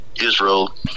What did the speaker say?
Israel